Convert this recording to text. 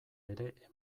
ere